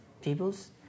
peoples